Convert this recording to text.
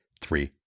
three